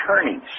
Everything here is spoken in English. attorneys